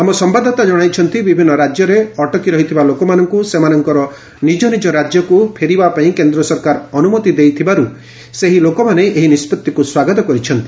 ଆମ ସମ୍ଭାଦଦାତା ଜଣାଇଛନ୍ତି ବିଭିନ୍ନ ରାଜ୍ୟରେ ଅଟକି ରହିଥିବା ଲୋକମାନଙ୍କୁ ସେମାନଙ୍କର ନିଜ ନିଜ ରାଜ୍ୟକୁ ଫେରିବା ପାଇଁ କେନ୍ଦ୍ର ସରକାର ଅନୁମତି ଦେଇଥିବାରୁ ସେହି ଲୋକମାନେ ଏହି ନିଷ୍ପଭିକୁ ସ୍ୱାଗତ କରିଛନ୍ତି